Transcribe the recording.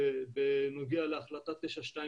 בנוגע להחלטה 922,